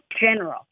general